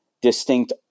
distinct